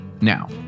Now